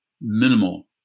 minimal